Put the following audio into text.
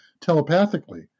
telepathically